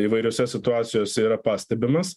įvairiose situacijose yra pastebimas